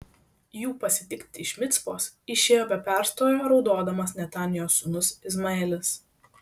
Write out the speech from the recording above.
jų pasitikti iš micpos išėjo be perstojo raudodamas netanijos sūnus izmaelis